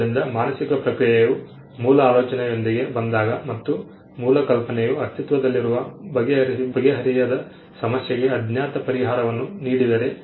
ಆದ್ದರಿಂದ ಮಾನಸಿಕ ಪ್ರಕ್ರಿಯೆಯು ಮೂಲ ಆಲೋಚನೆಯೊಂದಿಗೆ ಬಂದಾಗ ಮತ್ತು ಮೂಲ ಕಲ್ಪನೆಯು ಅಸ್ತಿತ್ವದಲ್ಲಿರುವ ಬಗೆಹರಿಯದ ಸಮಸ್ಯೆಗೆ ಅಜ್ಞಾತ ಪರಿಹಾರವನ್ನು ನೀಡಿದ್ದರೆ